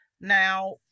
Now